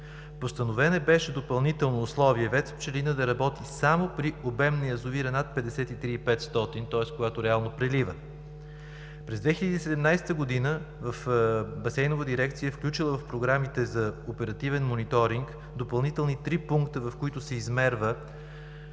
Постановено беше допълнително условие ВЕЦ „Пчелина“ да работи само при обем на язовира над 53 500 куб. м, тоест, когато реално прелива. През 2017 г. Басейновата дирекция включи в програмите за оперативен мониторинг допълнителни три пункта, в които се измерва